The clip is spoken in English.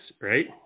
right